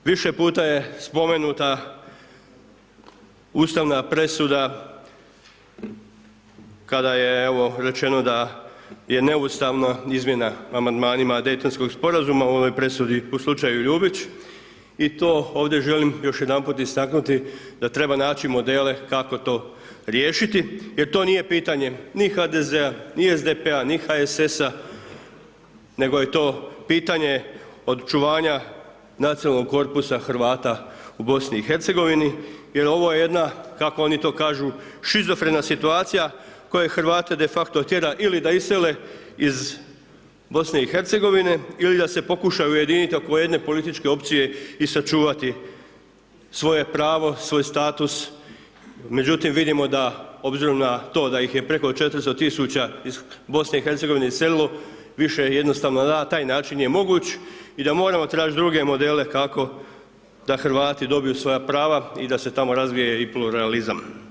Više puta je spomenuta ustavna presuda kada je, evo rečeno da je neustavna izmjena Amandmanima Dejtonskog Sporazuma, u ovoj presudi u slučaju Ljubić i to ovdje želim još jedanput istaknuti da treba naći modele kako to riješiti jer to nije pitanje ni HDZ-a, ni SDP-a, ni HSS-a, nego je to pitanje očuvanja nacionalnog korpusa Hrvata u BiH jer ovo je jedna, kako oni to kažu, šižofrena situacija koja Hrvate defakto tjera ili da isele iz BiH ili da se pokušaju ujediniti oko jedne političke opcije i sačuvati svoje pravo, svoj status, međutim, vidimo da obzirom na to da ih je preko 400 000 iz BiH iselilo, više jednostavno na taj način nije moguć i da moramo tražiti druge modele kako da Hrvati dobiju svoja prava i da se tamo razvije i pluralizam.